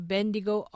Bendigo